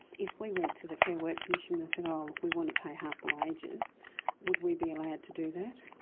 if we went to the fair work commission and said oh look, we want to pay half the wages would we be allowed to do that?